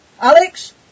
Alex